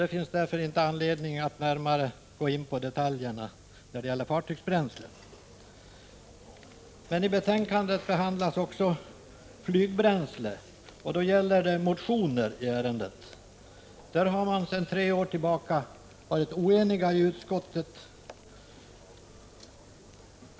Det finns därför inte anledning att närmare gå in på detaljerna beträffande fartygsbränslet. I betänkandet behandlas också flygbränsle. Då gäller det motioner i ärendet. Man har sedan tre år tillbaka varit oenig i utskottet.